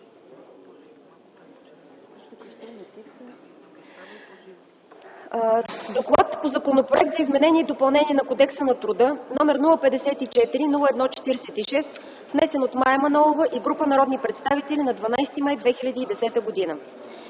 ДОКЛАД по Законопроект за изменение и допълнение на Кодекса на труда, № 054-01-46, внесен от Мая Манолова и група народни представители на 13.05.2010 г.